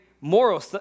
moral